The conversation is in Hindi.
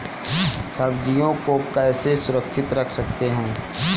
सब्जियों को कैसे सुरक्षित रख सकते हैं?